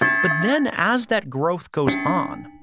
but then as that growth goes on,